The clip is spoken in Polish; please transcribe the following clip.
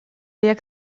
jak